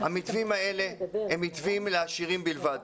המתווים האלה הם מתווים לעשירים בלבד.